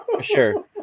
sure